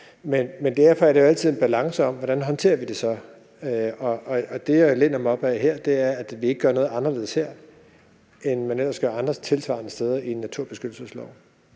men derfor er det jo alligevel altid en balance, hvordan vi så håndterer det. Det, jeg læner mig op ad her, er, at vi ikke gør noget anderledes her, end man ellers gør andre tilsvarende steder i naturbeskyttelsesloven.